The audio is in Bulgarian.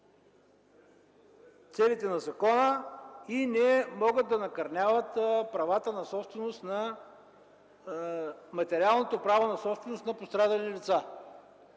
„Целите на закона не могат да накърняват материалното право на собственост на пострадали лица...”